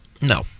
No